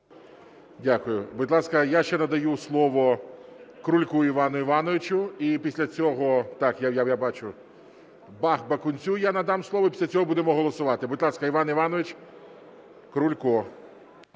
Дякую. Будь ласка, я ще надаю слово Крульку Івану Івановичу і після цього... Так, я бачу. Бакунцю я надам слово і після цього будемо голосувати. Будь ласка, Іван Іванович Крулько.